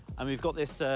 and we've got this